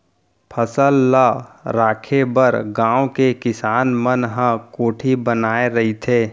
फसल ल राखे बर गाँव के किसान मन ह कोठी बनाए रहिथे